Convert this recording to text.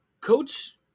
coach